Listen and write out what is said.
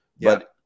but-